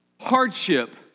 Hardship